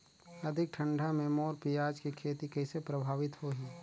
अधिक ठंडा मे मोर पियाज के खेती कइसे प्रभावित होही?